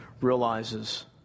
realizes